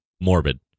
morbid